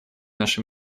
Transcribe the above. наши